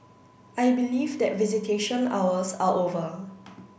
I believe that visitation hours are over